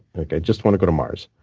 like i just want to go to mars.